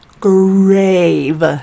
grave